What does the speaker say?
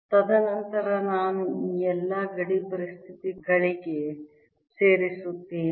ತದನಂತರ ನಾನು ಈ ಎಲ್ಲ ಗಡಿ ಪರಿಸ್ಥಿತಿಗಳಿಗೆ ಸೇರಿಸುತ್ತೇನೆ